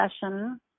session